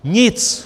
Nic.